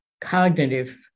cognitive